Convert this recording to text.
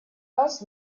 erst